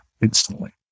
instantly